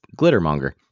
Glittermonger